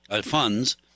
funds